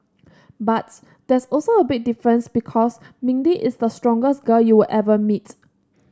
but there's also a big difference because Mindy is the strongest girl you will ever meet